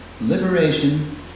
liberation